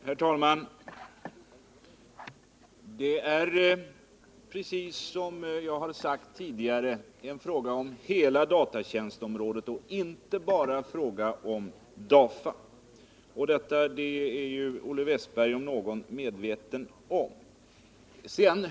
Herr talman! Det är, precis som jag har sagt tidigare, fråga om hela datatjänstområdet — inte bara om DAFA. Detta är Olle Wästberg i Stockholm om någon medveten om.